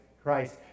Christ